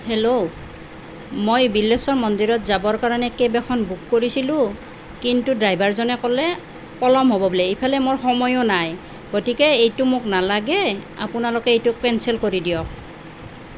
hello মই বিল্লেশ্বৰ মন্দিৰত যাবৰ কাৰণে কেব এখন বুক কৰিছিলোঁ কিন্তু ড্ৰাইভাৰজনে ক'লে পলম হ'ব বুলি ইফালে মোৰ সময়ো নাই গতিকে এইটো মোক নালাগে আপোনালোকে এইটো কেনচেল কৰি দিয়ক